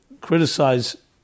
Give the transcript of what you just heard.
criticize